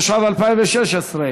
התשע"ו 2016,